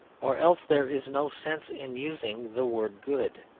or else there is no sense in using the word good.